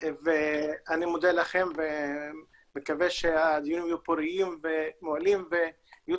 אני מודה לכם ומקווה שהדיונים יהיו פוריים ומועילים ויהיו